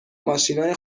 ماشینای